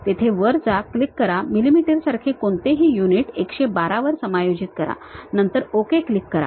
तेथे जा वर क्लिक करा मिलिमीटर सारखे कोणतेही युनिट 112 वर समायोजित करा नंतर ओके क्लिक करा